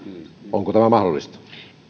onko tämä mahdollista